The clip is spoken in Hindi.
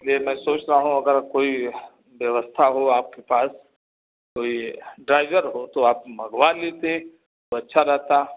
इसलिए मैं सोच रहा हूँ अगर कोई व्यवस्था हो आपके पास कोई ड्राइवर हो तो आप मगवा लेते तो अच्छा रहता